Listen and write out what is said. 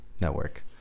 network